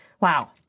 Wow